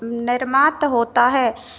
निर्माता होता है